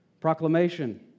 Proclamation